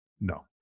No